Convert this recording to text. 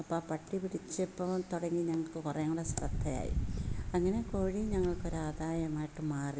അപ്പം ആ പട്ടി പിടിച്ചപ്പോൾ തുടങ്ങി ഞങ്ങൾക്ക് കുറേയും കൂടെ ശ്രദ്ധയായി അങ്ങനെ കോഴി ഞങ്ങൾക്ക് ഒരു ആധായമായിട്ട് മാറി